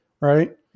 Right